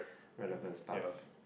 relevant stuff